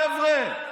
חבר'ה.